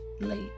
late